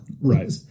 right